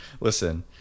listen